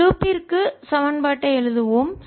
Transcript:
இந்த லூப்பிற்கு வளையத்திற்கு சமன்பாட்டை எழுதுவோம்